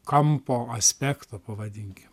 kampo aspekto pavadinkim